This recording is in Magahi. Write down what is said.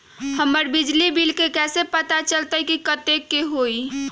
हमर बिजली के बिल कैसे पता चलतै की कतेइक के होई?